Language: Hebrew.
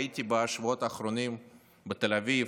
הייתי בשבועות האחרונים בתל אביב,